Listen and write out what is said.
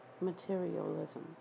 materialism